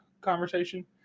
conversation